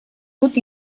dut